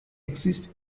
exists